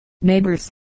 neighbors